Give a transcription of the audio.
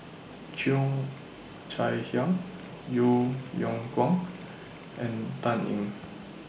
Cheo Chai Hiang Yeo Yeow Kwang and Dan Ying